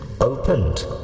opened